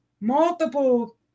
Multiple